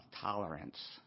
tolerance